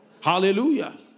Hallelujah